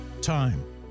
Time